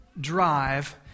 drive